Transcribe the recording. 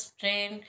train